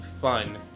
fun